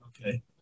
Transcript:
Okay